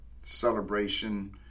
celebration